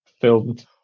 filmed